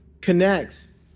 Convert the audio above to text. connects